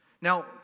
Now